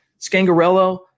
Scangarello